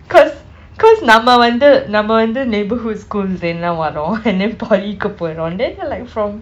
cause cause நம்ம வந்து நம்ம வந்து:namma vanthu namma vanthu neighbourhood school லிருந்து தான் வரோம்:lirunthu thaan varom and then poly க்கு போறோம்:ku porom then they are like from